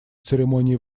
церемонии